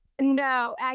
No